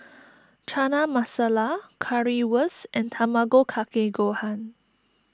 Chana Masala Currywurst and Tamago Kake Gohan